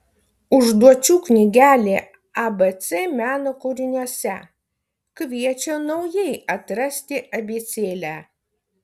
užduočių knygelė abc meno kūriniuose kviečia naujai atrasti abėcėlę